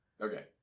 Okay